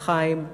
חיים.